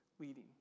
leading